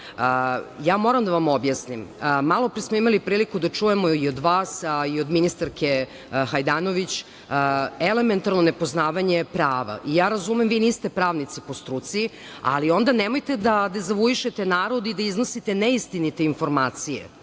moram da vam objasnim. Malopre smo imali priliku da čujemo i od vas, a i od ministarke Hajdanović, elementarno nepoznavanje prava. Razumem da niste pravnica po struci, ali onda nemojte da dezavuišete narod i da iznosite neistinite informacije.